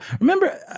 Remember